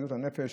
בריאות הנפש